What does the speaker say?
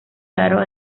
raro